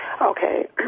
Okay